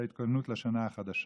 של ההתכוננות לשנה החדשה.